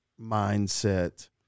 mindset